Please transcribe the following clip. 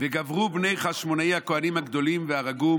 וגברו בני חשמונאי הכוהנים הגדולים, והרגום